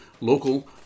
local